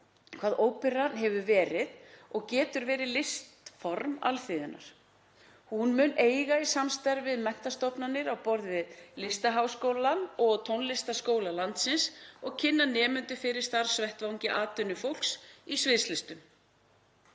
að óperan hefur verið og getur verið listform alþýðunnar. Hún mun eiga í samstarfi við menntastofnanir á borð við Listaháskólann og tónlistarskóla landsins og starfsvettvang atvinnufólks í sviðslistum